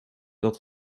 dat